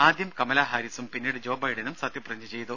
ആദ്യം കമലാ ഹാരിസും പിന്നീട് ജോ ബൈഡനും സത്യപ്രതിജ്ഞ ചെയ്തു